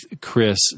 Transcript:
Chris